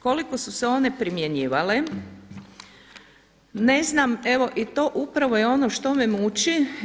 Koliko su se one primjenjivale ne znam evo i to upravo je ono što me muči.